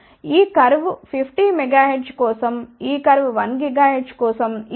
ఈ curve 50 MHz కోసం ఈ కర్వ్ 1 GHz కోసం ఈ కర్వ్ 2